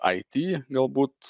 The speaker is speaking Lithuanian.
it galbūt